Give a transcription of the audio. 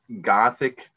gothic